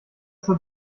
zur